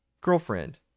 Girlfriend